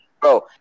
Bro